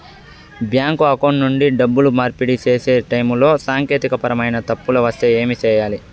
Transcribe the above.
bank account నుండి డబ్బులు మార్పిడి సేసే టైములో సాంకేతికపరమైన తప్పులు వస్తే ఏమి సేయాలి